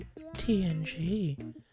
TNG